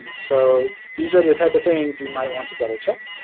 so these are the type of things you might want to double-check.